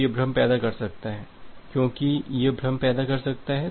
तो यह भ्रम पैदा कर सकता है क्योंकि यह भ्रम पैदा कर सकता है